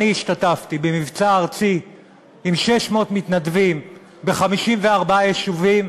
אני השתתפתי במבצע ארצי עם 600 מתנדבים ב-54 יישובים